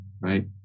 right